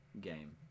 game